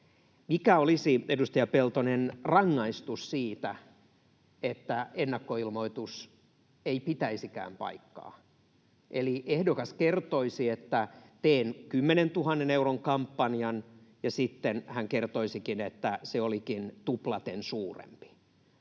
Mikä olisi, edustaja Peltonen, rangaistus siitä, että ennakkoilmoitus ei pitäisikään paikkaansa eli ehdokas kertoisi, että teen 10 000 euron kampanjan, ja sitten hän kertoisikin, että se olikin tuplaten suurempi?